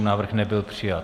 Návrh nebyl přijat.